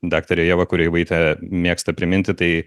daktarė ieva kureivaitė mėgsta priminti tai